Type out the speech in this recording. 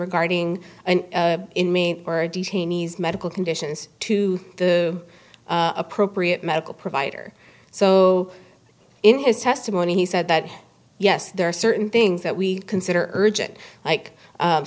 regarding in me or detainees medical conditions to the appropriate medical provider so in his testimony he said that yes there are certain things that we consider urgent like